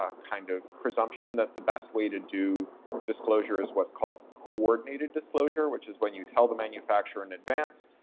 um kind of presumption that the best way to do disclosure is what's called coordinated disclosure, which is when you tell the manufacturer in advance,